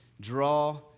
Draw